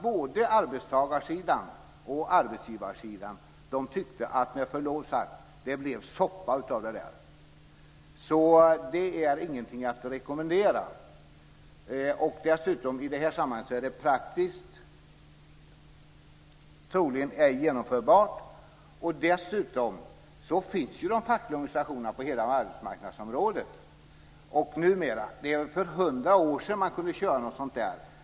Både arbetstagarsidan och arbetsgivarsidan där tyckte att det med förlov sagt blev en soppa av det hela. Så det är ingenting att rekommendera. Dessutom är det i det här sammanhanget troligen ej praktiskt genomförbart, och dessutom finns de fackliga organisationerna numera på hela arbetsmarknadsområdet. Det är väl hundra år sedan man kunde köra med sådant där.